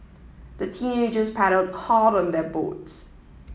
the teenagers paddled hard on their boat